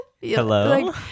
hello